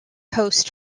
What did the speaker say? host